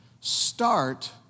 Start